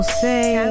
say